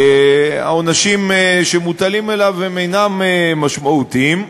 העונשים שמוטלים עליו אינם משמעותיים.